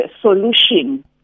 solution